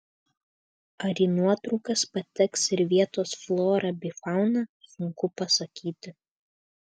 ar į nuotraukas pateks ir vietos flora bei fauna sunku pasakyti